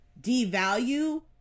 devalue